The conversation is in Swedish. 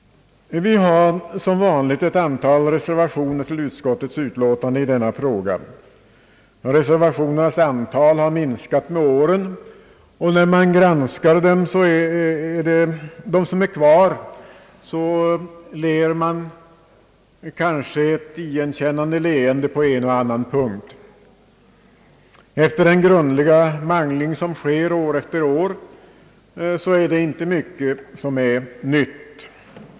Vi har som vanligt ett antal reservationer till utskottets utlåtande i denna fråga. Reservationernas antal har minskat med åren, och när man granskar dem som är kvar kanske man ler ett igenkännande leende på en och annan punkt. Efter den grundliga mangling som sker år efter år är det inte mycket som är nytt.